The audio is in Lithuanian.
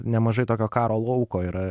nemažai tokio karo lauko yra